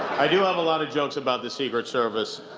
i do have a lot of jokes about the secret service.